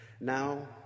Now